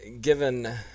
given